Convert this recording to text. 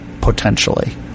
potentially